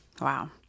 Wow